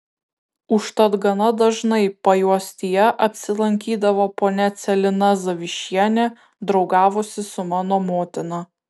užtat gana dažnai pajuostyje apsilankydavo ponia celina zavišienė draugavusi su mano motina